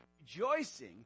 rejoicing